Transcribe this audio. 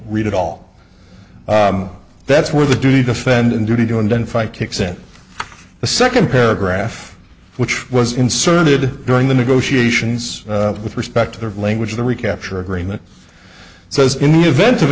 read it all that's where the duty defending duty to a gun fight kicks in the second paragraph which was inserted during the negotiations with respect to the language the recapture agreement says in the event of